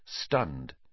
stunned